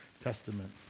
Testament